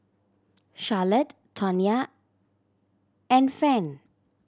Charlotte Tonya and Fannye